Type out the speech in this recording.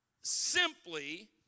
simply